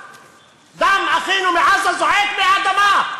דם אחינו מעזה זועק מהאדמה.